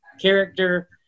character –